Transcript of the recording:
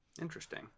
Interesting